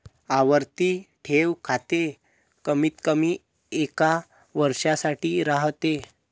आवर्ती ठेव खाते कमीतकमी एका वर्षासाठी राहते